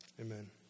Amen